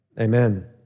amen